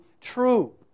true